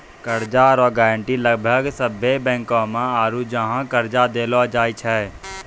कर्जा रो गारंटी लगभग सभ्भे बैंको मे आरू जहाँ कर्जा देलो जाय छै